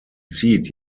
zieht